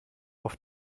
auf